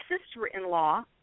sister-in-law